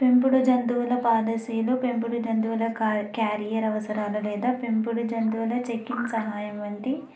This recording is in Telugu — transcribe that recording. పెంపుడు జంతువుల పాలసీలు పెంపుడు జంతువుల క్యారియర్ అవసరాలు లేదా పెంపుడు జంతువుల చెక్కింగ్ సహాయం వంటి